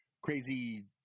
crazy